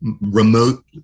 remote